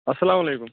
اَسلامُ علیکُم